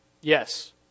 Yes